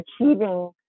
achieving